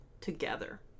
together